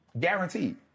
Guaranteed